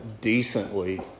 decently